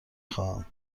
خواهم